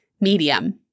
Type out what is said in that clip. medium